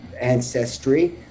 ancestry